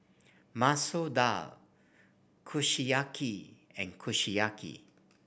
Masoor Dal Kushiyaki and Kushiyaki